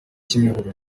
kimihurura